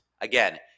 Again